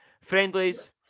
friendlies